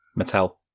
Mattel